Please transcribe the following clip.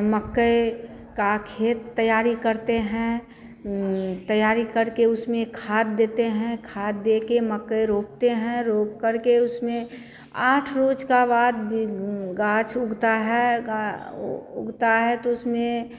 मक्के का खेत तैयार करते हैं तैयारी करके उसमें खाद देते हैं खाद देकर मक्का रोपते हैं रोपकर के उसमें आठ रोज़ के बाद भी गाछ उगती है गा ऊ उगती है तो उसमें